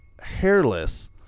hairless